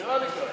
נראה לי כך.